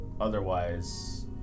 otherwise